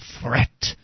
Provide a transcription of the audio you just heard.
threat